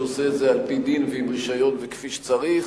כשהוא עושה את זה על-פי דין ועם רשיון וכפי שצריך.